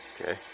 Okay